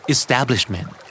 Establishment